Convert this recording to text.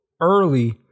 early